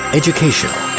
educational